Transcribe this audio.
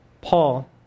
Paul